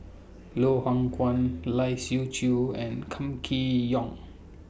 Loh Hoong Kwan Lai Siu Chiu and Kam Kee Yong